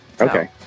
Okay